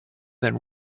than